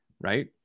right